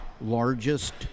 largest